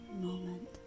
moment